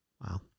Wow